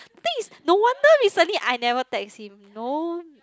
I think is no wonder recently I never text him no